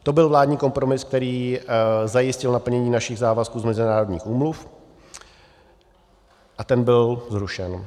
To byl vládní kompromis, který zajistil naplnění našich závazků z mezinárodních úmluv, a ten byl zrušen.